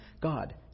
God